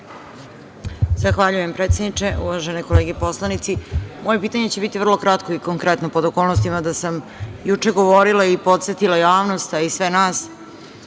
Zahvaljujem, predsedniče. Uvažene kolege poslanici, moje pitanje će biti vrlo kratko i konkretno, pod okolnostima da sam juče govorila i podsetila javnost, a i sve nas,